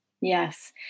Yes